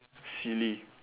silly